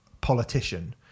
politician